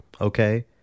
Okay